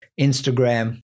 Instagram